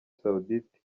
saoudite